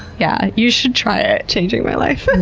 yeah you should try it. changing my life!